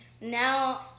Now